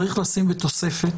צריך לשים בתוספת,